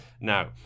Now